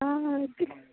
हूँ हूँ